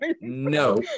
No